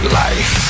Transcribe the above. life